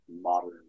modern